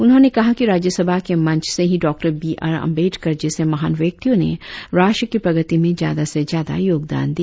उन्होंने कहा कि राज्यसभा के मंच से ही डॉक्टर बी आर अंबेडकर जैसे महान व्यक्तियों ने राष्ट्र की प्रगति में ज्यादा से ज्यादा योगदान दिया